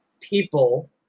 people